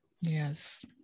Yes